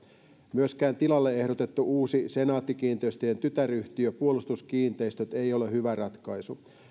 myöskään tilalle ehdotettu uusi senaatti kiinteistöjen tytäryhtiö puolustuskiinteistöt ei ole hyvä ratkaisu